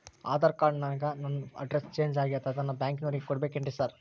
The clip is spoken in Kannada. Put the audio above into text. ಆಧಾರ್ ಕಾರ್ಡ್ ನ್ಯಾಗ ನನ್ ಅಡ್ರೆಸ್ ಚೇಂಜ್ ಆಗ್ಯಾದ ಅದನ್ನ ಬ್ಯಾಂಕಿನೊರಿಗೆ ಕೊಡ್ಬೇಕೇನ್ರಿ ಸಾರ್?